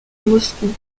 moscou